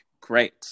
great